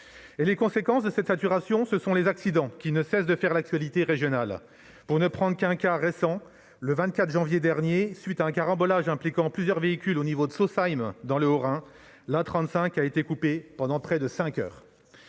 En conséquence de cette saturation, les accidents ne cessent de faire l'actualité régionale. Pour ne prendre qu'un exemple récent, le 24 janvier dernier, à la suite d'un carambolage impliquant plusieurs véhicules au niveau de Sausheim dans le Haut-Rhin, l'A35 a été coupée pendant près de cinq heures.